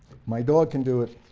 my dog can do it,